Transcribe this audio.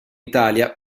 italia